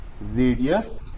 radius